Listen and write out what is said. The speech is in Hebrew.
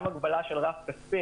יש גם צורך בהגבלה של רף כספי.